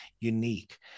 unique